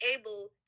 able